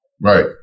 right